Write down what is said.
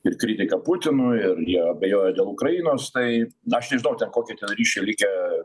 ir kritika putinui ir jie abejoja dėl ukrainos tai na nežinau ten kokio ten ryšio likę